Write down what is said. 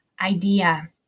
idea